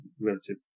relative